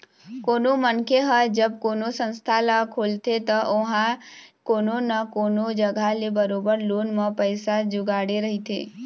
कोनो मनखे ह जब कोनो संस्था ल खोलथे त ओहा कोनो न कोनो जघा ले बरोबर लोन म पइसा जुगाड़े रहिथे